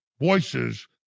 voices